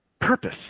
purpose